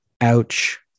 Ouch